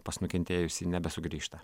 pas nukentėjusį nebesugrįžta